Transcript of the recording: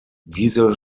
diese